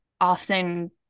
often